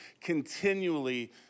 continually